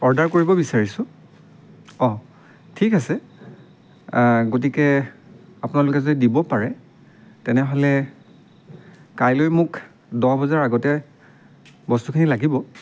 order কৰিব বিচাৰিছোঁ অঁ ঠিক আছে গতিকে আপোনালোকে যদি দিব পাৰে তেনেহ'লে কাইলৈ মোক দহ বজাৰ আগতে বস্তুখিনি লাগিব